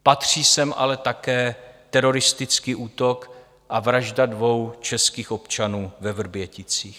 Patří sem ale také teroristický útok a vražda dvou českých občanů ve Vrběticích.